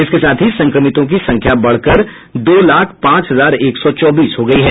इसके साथ ही संक्रमितों की संख्या बढ़कर दो लाख पांच हजार एक सौ चौबीस हो गयी है